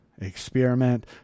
experiment